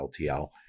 LTL